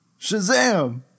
Shazam